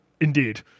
Indeed